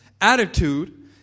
attitude